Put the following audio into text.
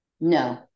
No